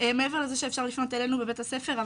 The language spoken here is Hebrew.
מעבר לזה שאפשר לפנות אלינו בבית הספר,